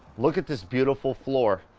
look at this beautiful floor.